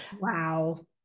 wow